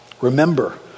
remember